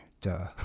Duh